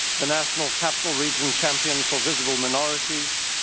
the national capital region champion for visible minorities,